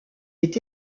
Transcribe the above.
est